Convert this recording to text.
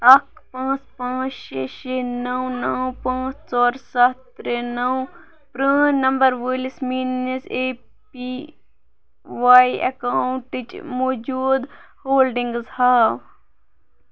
اَکھ پانٛژھ پانٛژھ شےٚ شےٚ نَو نَو پانٛژھ ژور سَتھ ترٛےٚ نَو پرٛٲنۍ نَمبَر وٲلِس میٛٲنِس اے پی وای اٮ۪کاوُنٛٹٕچ موجوٗد ہولڈِنٛگٕز ہاو